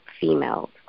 females